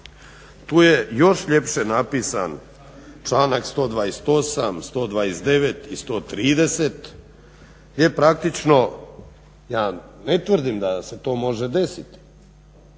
Tu je još ljepše napisan članak 128., 129. i 130. gdje praktično ja ne tvrdim da se to može desiti,